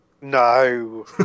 No